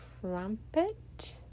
trumpet